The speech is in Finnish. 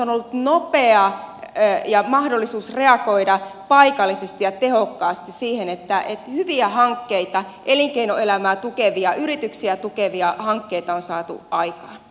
se on ollut nopea mahdollisuus reagoida paikallisesti ja tehokkaasti niin että hyviä hankkeita elinkeinoelämää tukevia yrityksiä tukevia hankkeita on saatu aikaan